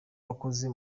wakoze